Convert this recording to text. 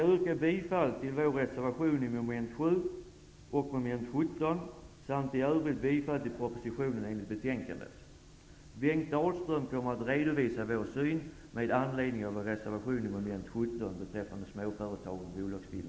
Jag yrkar bifall till vår reservation under mom. 7 och mom. 17 samt i övrigt bifall till propositionen enligt hemställan i betänkandet. Bengt Dalström kommer att redovisa vår syn med anledning av vår reservation under mom. 17